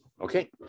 Okay